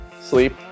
sleep